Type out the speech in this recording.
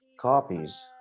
copies